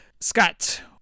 Scott